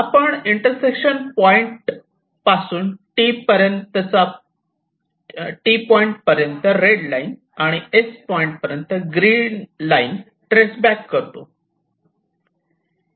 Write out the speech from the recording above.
आपण intersection point पासून T point पर्यंत रेड लाईन आणि S पॉइंट पर्यंत ग्रीन लाईन ट्रेस बॅक करतो